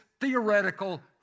theoretical